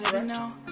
know